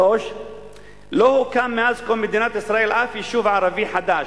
3. לא הוקם מאז קום מדינת ישראל אף יישוב ערבי חדש,